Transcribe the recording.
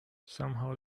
somehow